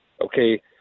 okay